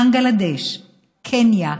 בנגלדש, קניה,